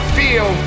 feel